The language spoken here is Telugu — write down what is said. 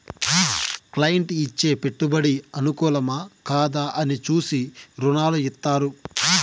క్లైంట్ ఇచ్చే పెట్టుబడి అనుకూలమా, కాదా అని చూసి రుణాలు ఇత్తారు